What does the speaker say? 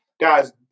Guys